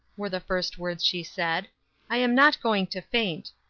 were the first words she said i am not going to faint.